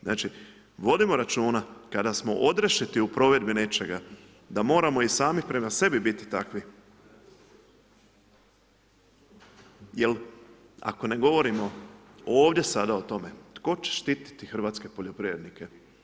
Znači vodimo računa kada smo odrešiti u provedbi nečega da moramo i sami prema sebi biti takvi jer ako ne govorimo ovdje sada o tome, tko će štititi hrvatske poljoprivrednike?